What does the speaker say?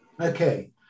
Okay